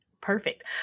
Perfect